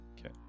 Okay